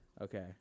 Okay